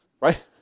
Right